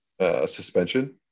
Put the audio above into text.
suspension